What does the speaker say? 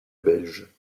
belge